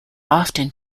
often